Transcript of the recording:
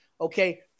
Okay